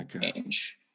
Change